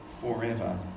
forever